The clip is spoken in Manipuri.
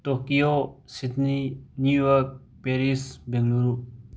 ꯇꯣꯀꯤꯌꯣ ꯁꯤꯠꯅꯤ ꯅ꯭ꯌꯨ ꯌꯣꯛ ꯄꯦꯔꯤꯁ ꯕꯦꯡꯉꯂꯨꯔꯨ